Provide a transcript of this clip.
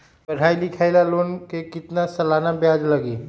पढाई लिखाई ला लोन के कितना सालाना ब्याज लगी?